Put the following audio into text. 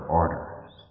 orders